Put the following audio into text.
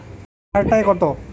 পেয়ারা চার টায় কত?